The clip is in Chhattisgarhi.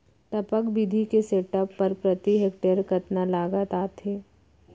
टपक विधि के सेटअप बर प्रति हेक्टेयर कतना लागत आथे?